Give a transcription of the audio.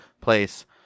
place